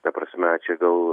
ta prasme čia gal